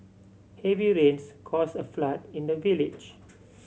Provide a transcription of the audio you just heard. heavy rains caused a flood in the village